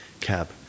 cab